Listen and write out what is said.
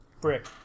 Brick